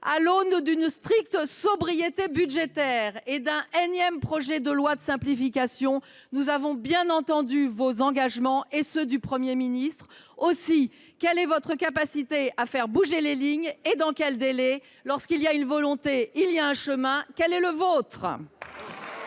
À l’aune d’une stricte sobriété budgétaire et d’un énième projet de loi de simplification, nous avons bien entendu vos engagements et ceux du Premier ministre. Aussi, monsieur le ministre, quelle est votre capacité à faire bouger les lignes, et dans quel délai ? Lorsqu’il y a une volonté, il y a un chemin. Quel est le vôtre ?